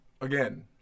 Again